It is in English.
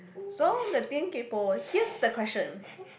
so the theme kaypo here's the question